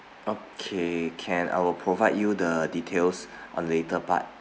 okay can I will provide you the details on the later part